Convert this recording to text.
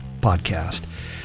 podcast